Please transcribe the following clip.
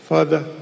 Father